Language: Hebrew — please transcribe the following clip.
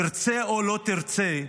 תרצה או לא תרצה,